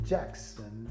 Jackson